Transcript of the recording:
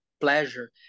Pleasure